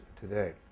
today